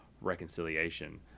reconciliation